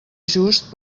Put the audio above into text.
just